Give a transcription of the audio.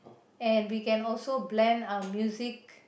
and we can also blend our music